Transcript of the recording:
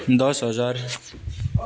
दस हजार